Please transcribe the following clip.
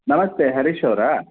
ನಮಸ್ತೆ ಹರೀಶ್ ಅವರಾ